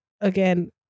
again